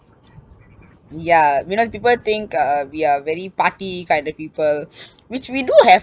ya we know people think uh we are very party kind of people which we do have